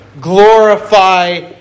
Glorify